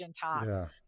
talk